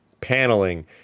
paneling